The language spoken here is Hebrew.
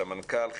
סמנכ"ל חינוך,